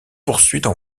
poursuites